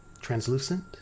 Translucent